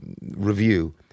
review